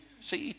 CET